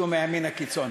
שהוא מהימין הקיצון.